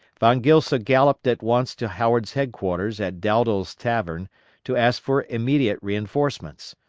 von gilsa galloped at once to howard's headquarters at dowdall's tavern to ask for immediate reinforcements.